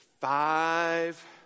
five